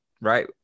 right